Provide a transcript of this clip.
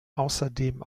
außerdem